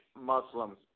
Muslims